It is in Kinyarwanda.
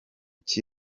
cya